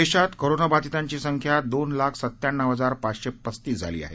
देशात कोरोनाबाधितांची संख्या दोन लाख सत्त्याण्णव हजार पाचशे पस्तीस झाली आहे